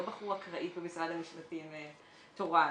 לא בחרו אקראית במשרד המשפטים תורן,